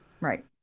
Right